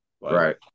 right